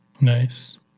Nice